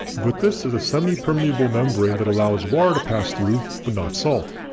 but this is a semipermeable membrane that allows water to pass through but not salt.